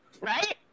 right